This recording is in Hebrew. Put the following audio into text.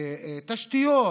תשתיות,